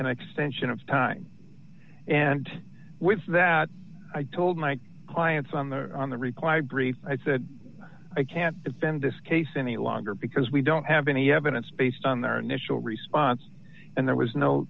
and extension of time and with that i told my clients on the on the required brief i said i can't defend this case any longer because we don't have any evidence based on their initial response and there was no